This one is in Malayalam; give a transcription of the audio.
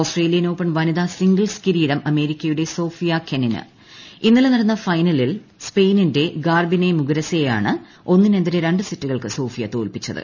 ഓസ്ട്രേലിയൻ ഓപ്പൺ പ്രസ്തിതാ സിംഗിൾസ് കിരീടം അമേരിക്കയുടെ സോഫിയ കെന്നു് ഇന്നലെ നടന്ന ഫൈനലിൽ സ്പെയിനിന്റെ ഗാർബിനെ മുശ്ശൂരൂസ്യെയാണ് ഒന്നിനെതിരെ രണ്ട് സെറ്റുകൾക്ക് സോഫിയ തോർപിച്ചത്